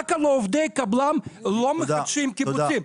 רק על עובדי קבלן לא מחדשים קיבוציים.